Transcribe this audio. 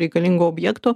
reikalingo objekto